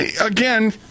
Again